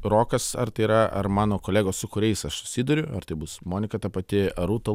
rokas ar tai yra ar mano kolegos su kuriais aš susiduriu ar tai bus monika ta pati ar rūta